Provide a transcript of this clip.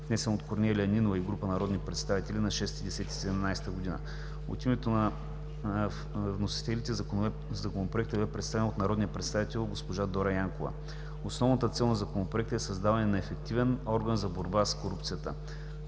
внесен от Корнелия Нинова и група народни представители на 6 октомври 2017 г. От името на вносителите Законопроектът бе представен от народния представител Дора Янкова. Основната цел на Законопроекта е създаването на ефективен орган за борба с корупцията.